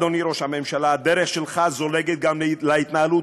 אדוני ראש הממשלה: הדרך שלך זולגת גם להתנהלות